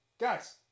guys